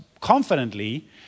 confidently